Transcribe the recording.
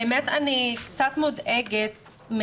האמת שאני קצת מודאגת,